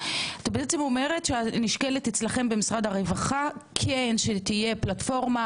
את בעצם אומרת שנשקלת אצלכם במשרד הרווחה כן שתהיה פלטפורמה,